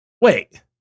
wait